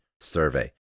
survey